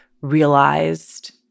realized